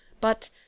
But